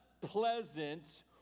pleasant